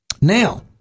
Now